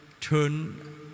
turn